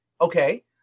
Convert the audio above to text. okay